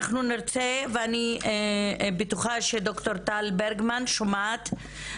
אני בטוחה שד"ר טל ברגמן שומעת.